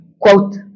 quote